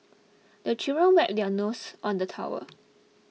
the children wipe their noses on the towel